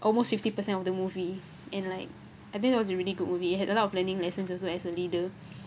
almost fifty percent of the movie and like I think it was really good movie had a lot of learning lessons also as a leader